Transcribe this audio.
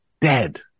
dead